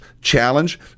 challenge